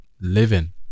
living